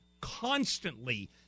constantly